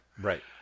Right